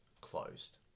closed